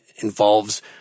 involves